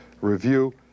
review